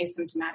asymptomatic